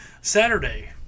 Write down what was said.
Saturday